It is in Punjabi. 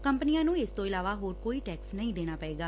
ਕੰਪਨੀਆਂ ਨੂੰ ਇਸ ਤੋਂ ਇਲਾਵਾ ਹੋਰ ਕੋਈ ਟੈਕਸ ਨਹੀਂ ਦੇਣਾ ਪਏਗਾ